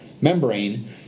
membrane